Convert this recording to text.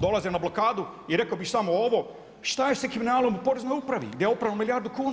dolaze na blokadi i rekao bi samo ovo, šta je sa kriminalom u Poreznoj upravi gdje je oprano milijardu kuna?